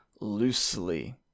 loosely